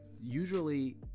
usually